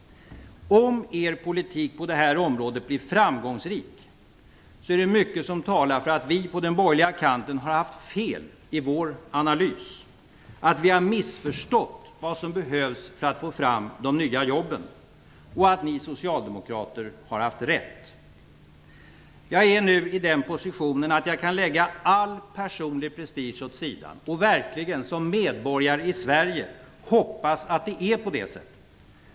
Om er politik på det här området blir framgångsrik är det mycket som talar för att vi på den borgerliga kanten har haft fel i vår analys, att vi har missförstått vad som behövs för att få fram de nya jobben, och att ni socialdemokrater har haft rätt. Jag är nu i den positionen att jag kan lägga all personlig prestige åt sidan och verkligen, som medborgare i Sverige, hoppas att det är på det sättet.